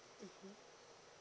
mmhmm